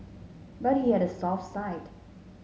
but he had a soft side